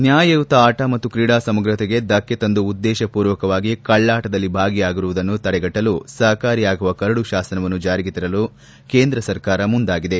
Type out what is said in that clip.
ನ್ಹಾಯಯುತ ಆಟ ಮತ್ತು ತ್ರೀಡಾ ಸಮಗ್ರತೆಗೆ ಧಕ್ಷೆ ತಂದು ಉದ್ದೇಶ ಪೂರ್ವಕವಾಗಿ ಕಳ್ಳಾಟದಲ್ಲಿ ಭಾಗಿಯಾಗುವುದನ್ನು ತಡೆಗಟ್ಟಲು ಸಹಕಾರಿಯಾಗುವ ಕರಡು ಶಾಸನವನ್ನು ಜಾರಿಗೆ ತರಲು ಕೇಂದ್ರ ಸರ್ಕಾರ ಮುಂದಾಗಿದೆ